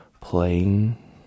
playing